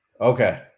okay